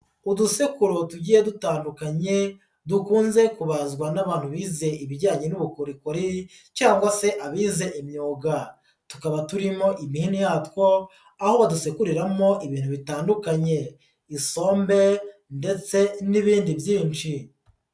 Udusekoro tugiye dutandukanye, dukunze kubazwa n'abantu bize ibijyanye n'ubukorikori cyangwa se abize imyuga. Tukaba turimo imihini yatwo, aho badusekuriramo ibintu bitandukanye. Isombe ndetse n'ibindi byinshi.